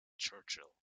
churchill